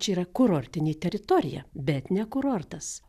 čia yra kurortinė teritorija bet ne kurortas